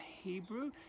Hebrew